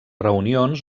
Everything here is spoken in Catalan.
reunions